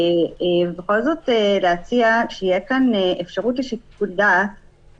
ובכל זאת להציע שתהיה כאן אפשרות לשיקול דעת,